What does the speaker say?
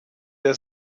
der